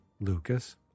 Lucas